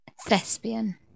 Thespian